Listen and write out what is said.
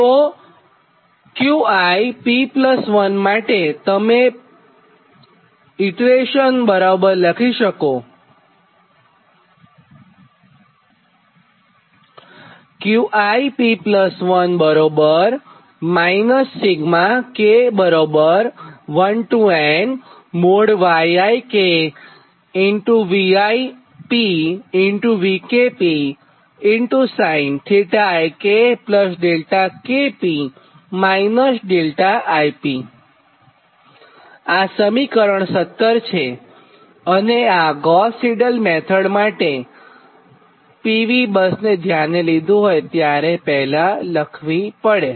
તો Qi P1 માટે તમે P1 મું ઇટરેશન બરાબર આ સમીકરણ 17 છે અને આ ગોસ સિડલ મેથડ માટે PV બસ ધ્યાને લીધી હોયત્યારે પહેલાં લખવું પડે